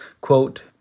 Quote